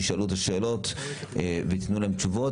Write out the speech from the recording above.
שיישאלו את השאלות וייתנו להם תשובות.